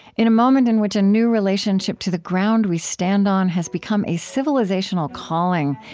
in a moment in which a new relationship to the ground we stand on has become a civilizational calling,